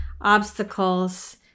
obstacles